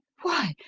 why,